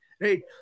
Right